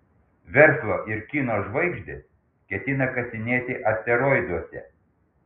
verslo ir kino žvaigždės ketina kasinėti asteroiduose